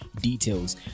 details